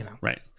Right